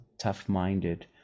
tough-minded